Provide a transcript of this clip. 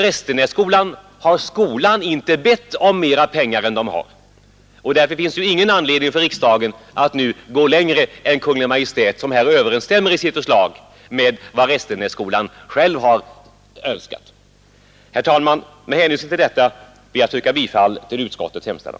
Restenässkolan har inte bett om mera pengar än den har, och därför finns det ingen anledning för riksdagen att nu gå längre än Kungl. Maj:t vars förslag överensstämmer med vad Restenässkolan själv har önskat. Herr talman! Med hänvisning till det anförda ber jag att få yrka bifall till utskottets hemställan.